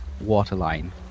waterline